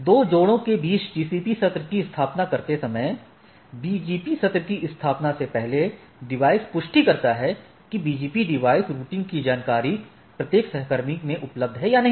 दो जोड़े के बीच टीसीपी सत्र की स्थापना करते समय BGP सत्र की स्थापना से पहले डिवाइस पुष्टि करता है कि BGP डिवाइस रूटिंग की जानकारी प्रत्येक सहकर्मी में उपलब्ध है या नहीं